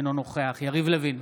אינו נוכח יריב לוין,